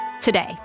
Today